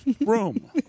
room